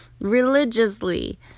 religiously